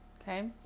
Okay